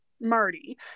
Marty